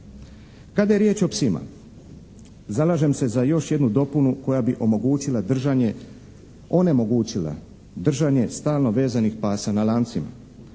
Kada je riječ o psima zalažem se za još jednu dopunu koja bi omogućila držanje, onemogućila držanje stalno vezanih pasa na lancima.